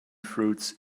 fruits